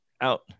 Out